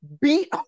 beat